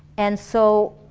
and so,